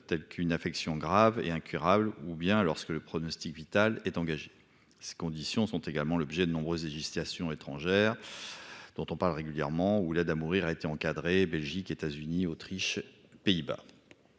telles qu'une affection grave et incurable ou bien lorsque le pronostic vital est engagé. Ces conditions sont également l'objet de nombreuses législations étrangères. Dont on parle régulièrement ou l'aide à mourir, a été encadré, Belgique, États-Unis, Autriche, Pays-Bas.